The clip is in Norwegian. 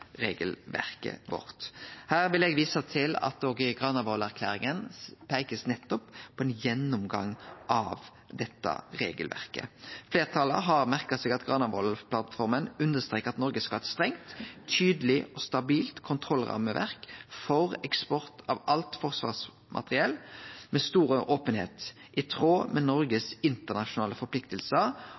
regelverket. Fleirtalet har merka seg at Granavolden-plattforma understrekar at Noreg skal ha eit strengt, tydeleg og stabilt kontrollrammeverk for eksport av alt forsvarsmateriell, med stor openheit, i tråd med Noregs internasjonale